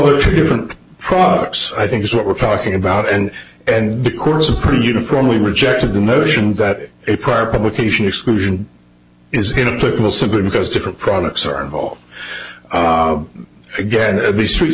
there are different products i think is what we're talking about and and the course of pretty uniformly rejected the notion that a prior publication exclusion is going to put people simply because different products are involved again the street